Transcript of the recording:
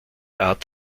art